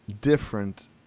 different